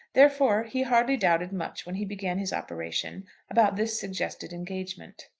therefore he hardly doubted much when he began his operation about this suggested engagement.